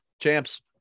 Champs